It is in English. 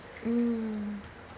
mm